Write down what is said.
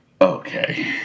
okay